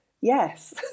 Yes